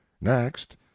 Next